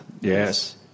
Yes